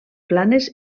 planes